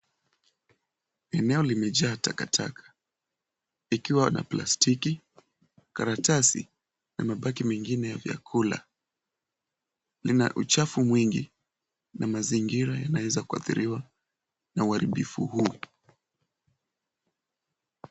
Eneo limejaa takataka. Likiwa na plastiki, karatasi na mabaki mengine ya vyakula. Lina uchafu mwingi, na mazingira yanaweza kuathiriwa na uharibifu huu.